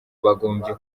bagombye